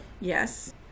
Yes